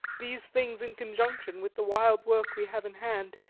these things, in conjunction with the wild work we have in hand,